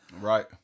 Right